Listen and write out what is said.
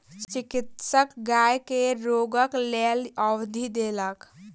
चिकित्सक गाय के रोगक लेल औषधि देलक